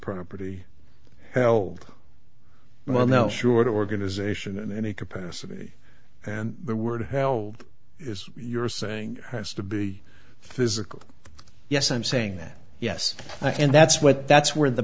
property held well no sure organization in any capacity and the word held is you're saying has to be physical yes i'm saying that yes and that's what that's where the